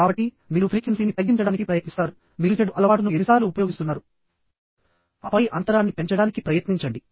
కాబట్టి మీరు ఫ్రీక్వెన్సీని తగ్గించడానికి ప్రయత్నిస్తారు మీరు చెడు అలవాటును ఎన్నిసార్లు ఉపయోగిస్తున్నారు ఆపై అంతరాన్ని పెంచడానికి ప్రయత్నించండి